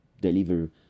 deliver